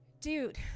dude